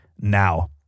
now